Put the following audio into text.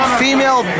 female